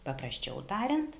paprasčiau tariant